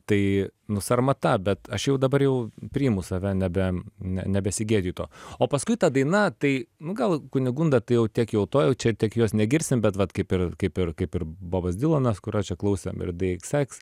tai nu sarmata bet aš jau dabar jau priimu save nebe ne nebesigėdyju o paskui ta daina tai nu gal kunigunda tai jau tiek jau to jau čia tiek jos negirdim bet vat kaip kaip ir kaip ir bobas dylanas kurio čia klausėm ir dei ikseks